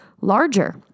larger